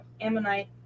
Ammonite